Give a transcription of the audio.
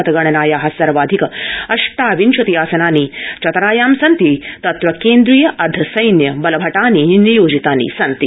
मतगणनाया सर्वाधिक अष्टाविंशति आसनानि चतरायां सन्ति तत्र केन्द्रीय अर्द्धसैन्य बलानि नियोजितानि सन्ति